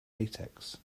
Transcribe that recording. latex